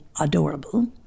adorable